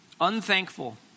Unthankful